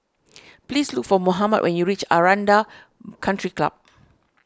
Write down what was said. please look for Mohammad when you reach Aranda Country Club